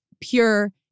pure